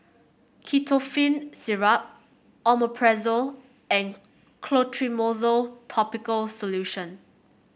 Ketotifen Syrup Omeprazole and Clotrimozole topical solution